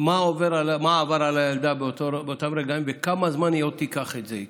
מה עבר על הילדה באותם רגעים וכמה זמן היא עוד תיקח את זה איתה.